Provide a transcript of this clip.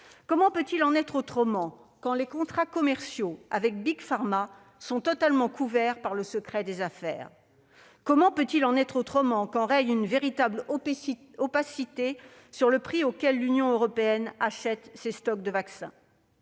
Comment peut-il en être autrement quand les contrats commerciaux avec les Big Pharma sont totalement couverts par le secret des affaires ? Comment peut-il en être autrement quand règne une véritable opacité sur le prix auquel l'Union européenne achète ses stocks de vaccins ?